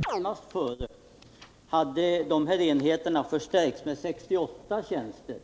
Herr talman! Jag vill då erinra om att det i det betänkande jag refererade till finns en redovisning rörande den utveckling som hade förevarit, och under de fem budgetår som vid det tillfället låg närmast före i tiden hade enheterna förstärkts med 68 tjänster.